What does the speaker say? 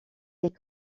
est